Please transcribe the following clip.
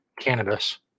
cannabis